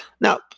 Now